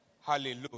Hallelujah